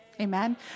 amen